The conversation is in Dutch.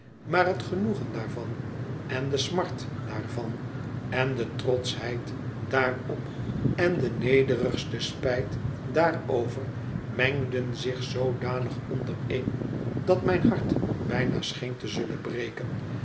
maar het genoegen daarvan en de smart daarvan en de trotschheid daarop en de nederigste spijt daarover mengden zich zoodanig ondereen dat mijn hart bijna scheen te zullen breken